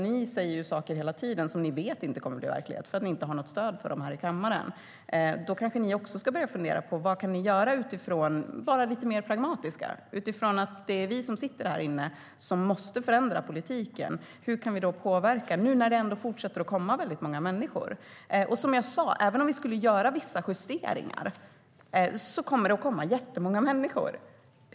Ni säger ju hela tiden sådant som ni vet inte kommer att bli verklighet eftersom ni inte har något stöd för det i kammaren. Därför kanske också ni ska börja fundera på vad ni kan göra, vara lite mer pragmatiska. Det är vi som sitter i den här kammaren som måste förändra politiken. Hur kan vi påverka när det trots allt fortsätter att komma många människor? Även om vi skulle göra vissa justeringar kommer det att komma jättemånga människor.